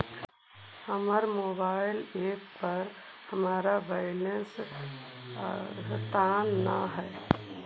हमर mobile app पर हमर बैलेंस अद्यतन ना हई